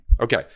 Okay